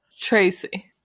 Tracy